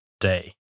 day